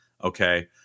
Okay